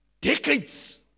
decades